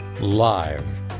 live